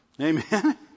Amen